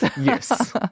Yes